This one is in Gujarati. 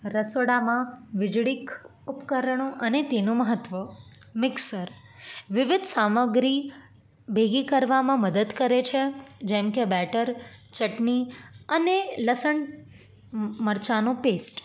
રસોડામાં વીજળીક ઉપકરણો અને તેનું મહત્ત્વ મિક્સર વિવિધ સામગ્રી ભેગી કરવામાં મદદ કરે છે જેમકે બેટર ચટણી અને લસણ મરચાંનો પેસ્ટ